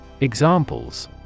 Examples